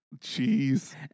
Jeez